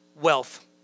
wealth